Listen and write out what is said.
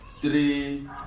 Three